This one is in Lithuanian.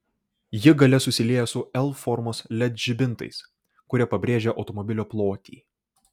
ji gale susilieja su l formos led žibintais kurie pabrėžia automobilio plotį